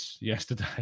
yesterday